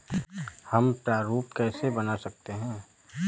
हम प्रारूप कैसे बना सकते हैं?